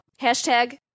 hashtag